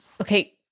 okay